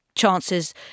chances